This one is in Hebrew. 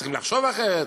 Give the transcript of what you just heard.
צריכים לחשוב אחרת.